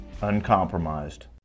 uncompromised